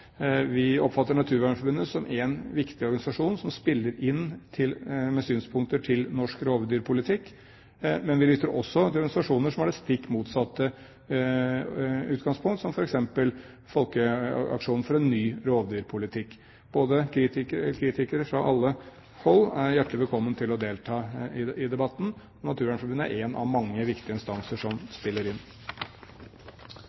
Vi oppfatter Naturvernforbundet som en viktig organisasjon som spiller inn med synspunkter til norsk rovdyrpolitikk, men vi lytter også til organisasjoner som har det stikk motsatte utgangspunkt, som f.eks. Folkeaksjonen for en ny rovdyrpolitikk. Kritikere fra alle hold er hjertelig velkommen til å delta i debatten. Naturvernforbundet er én av mange viktige instanser som